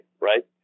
right